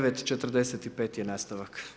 9,45 je nastavak.